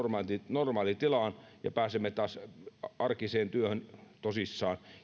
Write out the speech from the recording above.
normaalitilaan ja pääsemme taas arkiseen työhön tosissaan